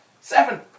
Seven